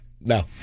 No